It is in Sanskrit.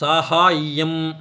साहाय्यम्